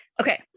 Okay